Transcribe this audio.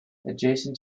adjacent